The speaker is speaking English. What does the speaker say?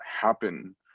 happen